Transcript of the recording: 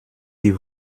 die